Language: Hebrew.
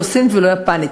לא סינית ולא יפנית.